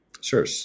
Sure